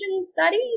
study